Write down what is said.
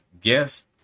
guess